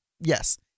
Yes